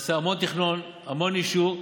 נעשה המון תכנון, המון אישור.